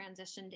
transitioned